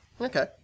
Okay